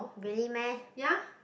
really meh